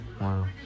Wow